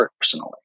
personally